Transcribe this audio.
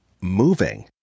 moving